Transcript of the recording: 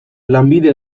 lanbide